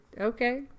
okay